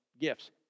gifts